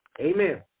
Amen